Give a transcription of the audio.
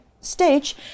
stage